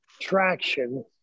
traction